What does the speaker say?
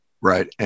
right